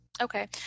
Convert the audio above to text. Okay